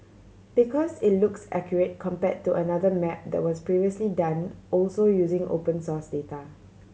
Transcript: because it looks accurate compare to another map that was previously done also using open source data